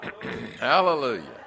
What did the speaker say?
Hallelujah